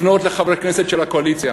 לפנות לחברי הכנסת של הקואליציה